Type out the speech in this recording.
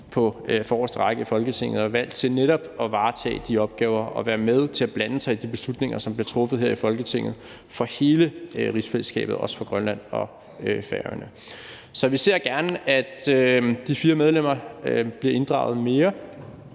på forreste række i Folketinget og er valgt til netop at varetage de opgaver og være med til at blande sig i de beslutninger, som bliver truffet her i Folketinget for hele rigsfællesskabet, også for Grønland og Færøerne. Så vi ser gerne, at de fire medlemmer bliver inddraget mere.